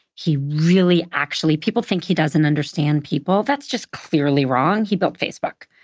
he really actually people think he doesn't understand people. that's just clearly wrong. he built facebook.